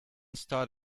start